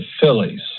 Phillies